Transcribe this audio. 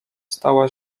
stała